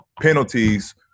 penalties